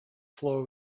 floor